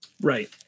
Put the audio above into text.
Right